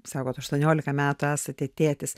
sakot aštuoniolika metų esate tėtis